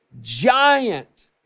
Giant